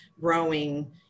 growing